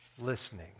listening